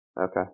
okay